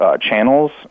channels